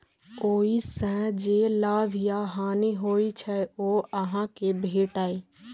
ओइ सं जे लाभ या हानि होइ छै, ओ अहां कें भेटैए